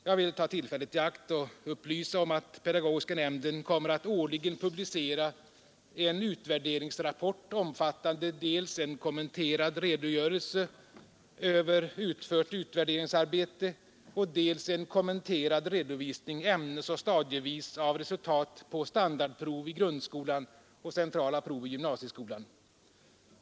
Jag vill ta tillfället i akt och upplysa om att pedagogiska nämnden kommer att årligen publicera en utvärderingsrapport, omfattande dels en kommenterad redogörelse över utfört utvärderingsarbete, dels en kommenterad redovisning ämnesoch stadievis av resultat på standardprov i grundskolan och centrala prov i gymnasieskolan.